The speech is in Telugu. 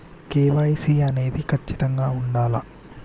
కే.వై.సీ అనేది ఖచ్చితంగా ఉండాలా?